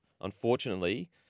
unfortunately